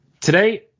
Today